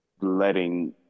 letting